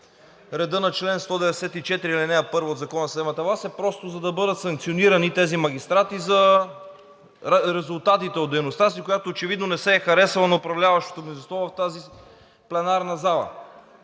редът на чл. 194, ал. 1 от Закона за съдебната власт е просто да бъдат санкционирани тези магистрати за резултатите от дейността си, която очевидно не се е харесала на управляващото мнозинство в тази пленарна зала.